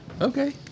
Okay